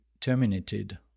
terminated